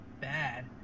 bad